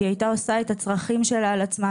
היא הייתה עושה את הצרכים שלה על עצמה,